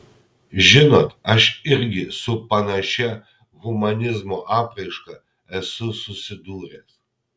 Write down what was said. žinot aš irgi su panašia humanizmo apraiška esu susidūręs